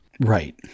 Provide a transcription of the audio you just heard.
Right